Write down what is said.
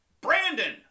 Brandon